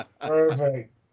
Perfect